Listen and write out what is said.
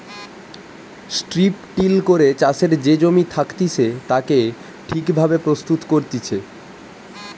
strip till করে চাষের যে জমি থাকতিছে তাকে ঠিক ভাবে প্রস্তুত করতিছে